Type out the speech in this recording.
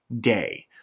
day